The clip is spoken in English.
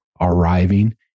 arriving